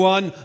One